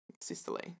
sisterly